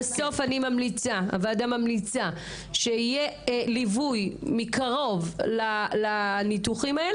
הוועדה ממליצה שיהיה ליווי מקרוב לניתוחים האלה.